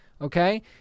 Okay